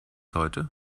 heute